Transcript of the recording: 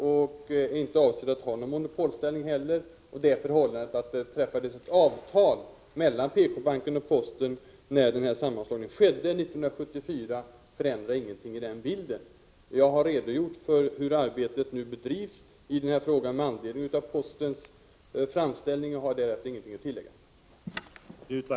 Herr talman! Det är så enkelt som att jag ansvarar för bankväsendet inom regeringen numera, och därför svarar jag på den här frågan. Får jag sedan säga att PK-banken inte har någon monopolställning och inte heller anses ha det. Det förhållandet att det träffades ett avtal mellan PK-banken och posten när sammanslagningen skedde 1974 förändrar ingenting i den bilden. Jag har redogjort för hur arbetet i den här frågan bedrivs med anledning av postens framställning och har därför ingenting att tillägga.